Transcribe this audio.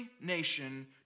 nation